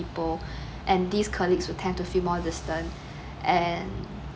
and these colleague will tend to feel more distance and